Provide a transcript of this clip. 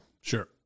Sure